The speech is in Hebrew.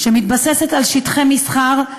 שמתבססת על שטחי מסחר,